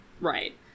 Right